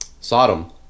Sodom